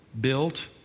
built